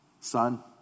Son